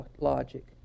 logic